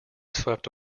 swept